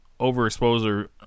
overexposure